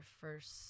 first